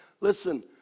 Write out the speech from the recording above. Listen